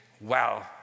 wow